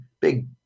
big